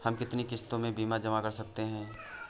हम कितनी किश्तों में बीमा जमा कर सकते हैं?